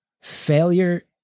failure